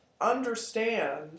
understand